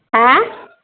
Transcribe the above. ଆଁ